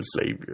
savior